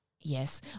Yes